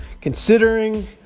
considering